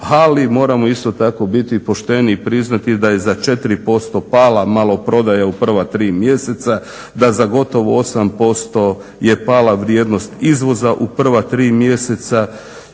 ali moramo isto tako biti pošteni i priznati da je za 4% pala maloprodaja u prva tri mjeseca, da za gotovo 8% je pala vrijednost izvoza u prva tri mjeseca